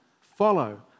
Follow